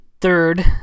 Third